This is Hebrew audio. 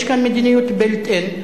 יש כאן מדיניות built in,